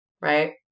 right